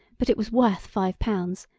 but it was worth five pounds,